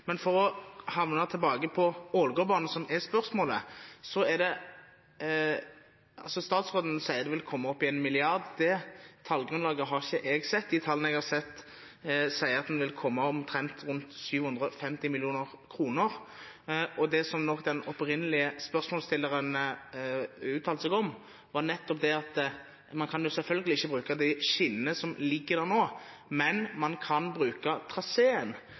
Men for å komme tilbake til Ålgårdbanen, som spørsmålet handler om, sier statsråden at det vil komme opp i 1 mrd. kr. Det tallgrunnlaget har ikke jeg sett. De tallene jeg har sett, sier at en vil komme omtrent rundt 750 mill. kr. Det den opprinnelige spørsmålsstilleren nok uttalte seg om, var nettopp det at man selvfølgelig ikke kan bruke de skinnene som ligger der nå, men man kan bruke traseen.